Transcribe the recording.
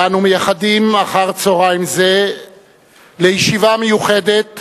אנו מייחדים אחר-צהריים זה לישיבה מיוחדת